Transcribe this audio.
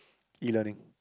E Learing